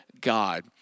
God